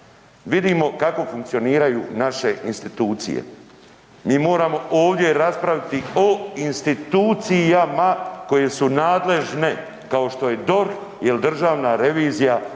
Vidimo kako funkcioniraju naše institucije. Mi moramo ovdje raspraviti o institucijama koje su nadležne kao što je DORH jer državna revizija